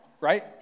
right